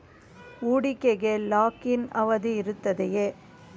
ಹೂಡಿಕೆಗೆ lock in ಅವಧಿ ಇರುತ್ತದೆಯೇ?